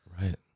right